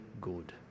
good